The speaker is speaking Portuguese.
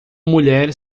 mulher